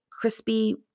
crispy